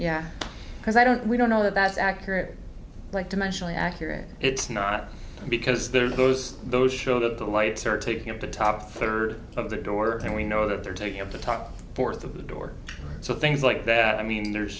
yeah because i don't we don't know that that's accurate like dimensionally accurate it's not because there are those those shot of the lights are taking up the top third of the door and we know that they're taking up to talk fourth of the door so things like that i mean there's